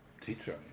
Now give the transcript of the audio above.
teacher